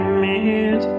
meet